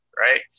right